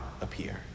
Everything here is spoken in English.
appear